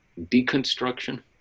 deconstruction